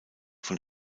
von